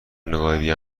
نگاهی